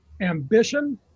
ambition